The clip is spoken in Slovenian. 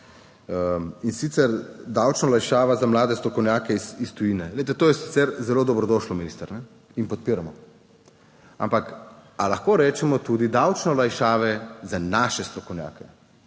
in sicer davčna olajšava za mlade strokovnjake iz tujine. Glejte, to je sicer zelo dobrodošlo, minister, in podpiramo, ampak, ali lahko rečemo tudi davčne olajšave za naše strokovnjake,